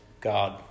God